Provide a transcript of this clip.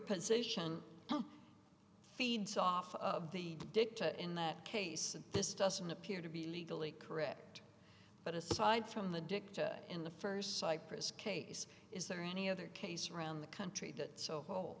position feeds off of the dicta in that case this doesn't appear to be legally correct but aside from the dicta in the st cyprus case is there any other case around the country that